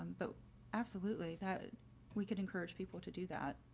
um but absolutely, that we could encourage people to do that.